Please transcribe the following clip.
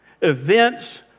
Events